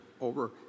over